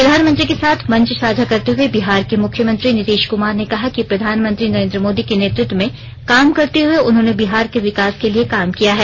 प्रधानमंत्री के साथ मंच साझा करते हए बिहार के मुख्यमंत्री नीतीश कमार ने कहा कि प्रधानमंत्री नरेंद्र मोदी के नेतत्व में काम करते हुए उन्होंने बिहार के विकास के लिए काम किया है